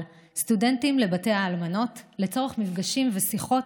סטודנטים לבתי האלמנות לצורך מפגשים ושיחות,